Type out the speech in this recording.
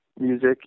music